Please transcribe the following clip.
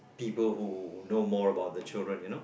people who know more about the children you know